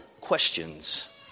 questions